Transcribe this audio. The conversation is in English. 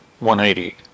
180